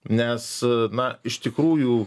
nes na iš tikrųjų